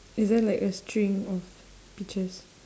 is there like a string of peaches